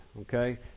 Okay